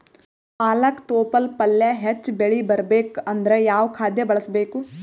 ಪಾಲಕ ತೊಪಲ ಪಲ್ಯ ಹೆಚ್ಚ ಬೆಳಿ ಬರಬೇಕು ಅಂದರ ಯಾವ ಖಾದ್ಯ ಬಳಸಬೇಕು?